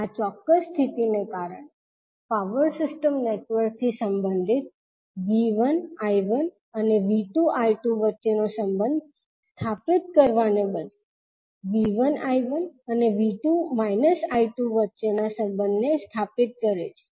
આ ચોક્કસ સ્થિતિને કારણે પાવર સિસ્ટમ નેટવર્ક થી સંબંધિત V1 𝐈1 અને 𝐕2 I2 વચ્ચેનો સંબંધ સ્થાપિત કરવાને બદલે V1 𝐈1 અને 𝐕2 I2 વચ્ચેના સંબંધને સ્થાપિત કરે છે